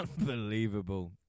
unbelievable